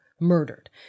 murdered